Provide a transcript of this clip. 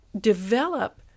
develop